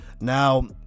now